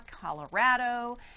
Colorado